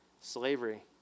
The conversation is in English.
Slavery